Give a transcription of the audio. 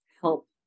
help